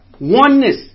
oneness